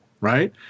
right